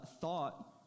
thought